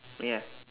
ya